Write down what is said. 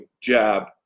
jab